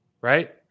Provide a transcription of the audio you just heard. right